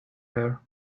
her